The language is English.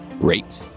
Great